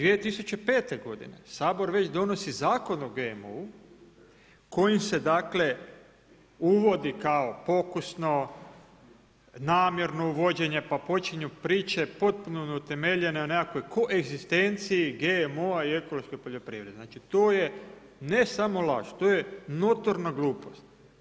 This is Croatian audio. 2005. godine Sabor već donosi Zakon o GMO-u kojim se uvodi kao pokusno, namjerno uvođenje, pa počinju priče potpuno neutemeljene na nekakvoj koegzistenciji GMO-a i ekološke poljoprivrede, znači to je ne samo laž, to je notorna glupost.